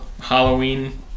Halloween